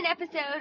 episode